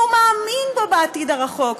שהוא מאמין בו בעתיד הרחוק,